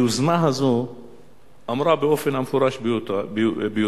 היוזמה הזאת אמרה באופן המפורש ביותר: